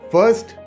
First